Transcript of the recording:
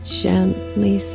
gently